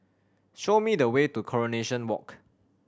show me the way to Coronation Walk